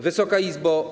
Wysoka Izbo!